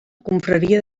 confraria